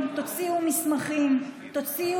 הם לא רוצים להקים ועדת חקירה ממלכתית.